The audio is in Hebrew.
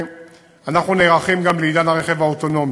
אנחנו נערכים גם לעידן הרכב האוטונומי,